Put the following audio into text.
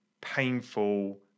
painful